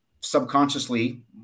subconsciously